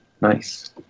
nice